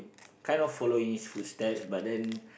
kind of following his footstep but then